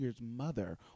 mother